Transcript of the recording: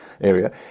area